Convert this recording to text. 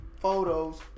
photos